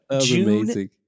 June